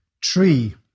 Tree